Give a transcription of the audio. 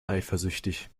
eifersüchtig